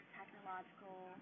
technological